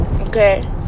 Okay